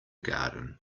garden